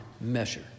measure